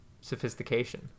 sophistication